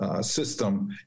system